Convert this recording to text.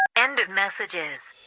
end of messages